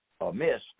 amiss